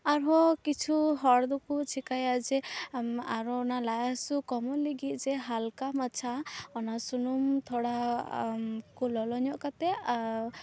ᱟᱨᱦᱚᱸ ᱠᱤᱪᱷᱩ ᱦᱚᱲ ᱫᱚᱠᱚ ᱪᱤᱠᱟᱭᱟ ᱡᱮ ᱟᱨᱚ ᱚᱱᱟ ᱞᱟᱡ ᱦᱟᱹᱥᱩ ᱠᱚᱢᱚᱜ ᱞᱟᱹᱜᱤᱫ ᱡᱮ ᱦᱟᱞᱠᱟ ᱢᱟᱪᱷᱟ ᱚᱱᱟ ᱥᱩᱱᱩᱢ ᱛᱷᱚᱲᱟ ᱠᱚ ᱞᱚᱞᱚ ᱧᱚᱜ ᱠᱟᱛᱮᱫ ᱟᱨ